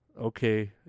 Okay